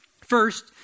first